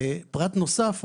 פרט נוסף,